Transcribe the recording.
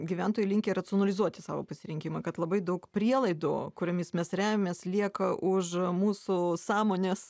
gyventojai linkę racionalizuoti savo pasirinkimą kad labai daug prielaidų kuriomis mes remiamės lieka už mūsų sąmonės